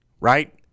right